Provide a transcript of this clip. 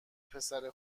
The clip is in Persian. پسر